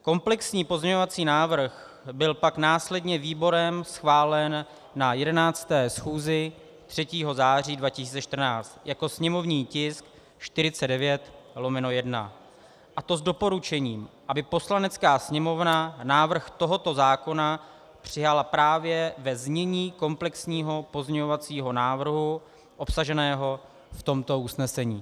Komplexní pozměňovací návrh byl pak následně výborem schválen na 11. schůzi 3. září 2014 jako sněmovní tisk 49/1, a to s doporučením, aby Poslanecká sněmovna návrh tohoto zákona přijala právě ve znění komplexního pozměňovacího návrhu obsaženého v tomto usnesení.